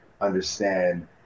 understand